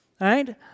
right